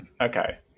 okay